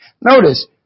Notice